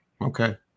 Okay